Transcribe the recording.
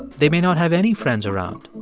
they may not have any friends around,